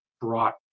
brought